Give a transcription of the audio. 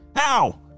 Ow